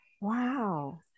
Wow